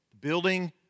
building